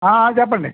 చెప్పండి